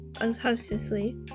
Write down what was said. unconsciously